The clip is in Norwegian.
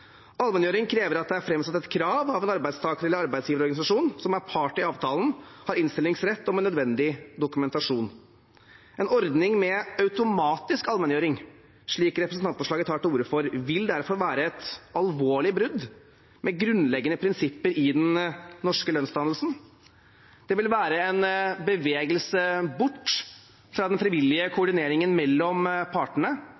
Allmenngjøring krever at det er framsatt et krav av en arbeidstaker- eller arbeidsgiverorganisasjon som er part i avtalen, har innstillingsrett og med nødvendig dokumentasjon. En ordning med automatisk allmenngjøring, slik representantforslaget tar til orde for, vil derfor være et alvorlig brudd med grunnleggende prinsipper i den norske lønnsdannelsen. Det vil være en bevegelse bort fra den frivillige